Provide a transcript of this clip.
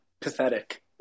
pathetic